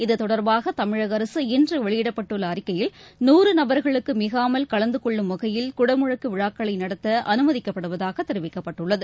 இதுதொடர்பாகதமிழகஅரசு இன்றுவெளியிடப் பட்டுள்ளஅறிக்கையில் நூறு நபர்களுக்குமிகாமல் கலந்துகொள்ளும் வகையில் குடமுழக்குவிழாக்களைநடத்தஅனுமதிக்கப் படுவதாகதெரிவிக்கப்பட்டுள்ளது